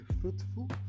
fruitful